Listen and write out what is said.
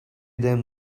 them